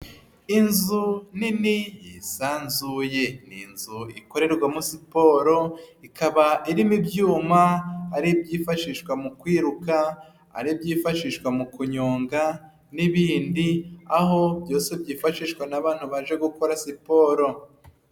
Inzu nini yisanzuye ni inzu ikorerwamo siporo ikaba irimo ibyuma, ari ibyifashishwa mu kwiruka, ari byifashishwa mu kunyonga n'ibindi aho byose byifashishwa n'abantu baje gukora siporo.